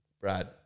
Brad